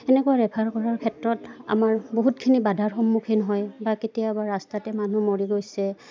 এনেকুৱা ৰেফাৰ কৰাৰ ক্ষেত্ৰত আমাৰ বহুতখিনি বাধাৰ সন্মুখীন হয় বা কেতিয়াবা ৰাস্তাতে মানুহ মৰি গৈছে